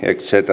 etc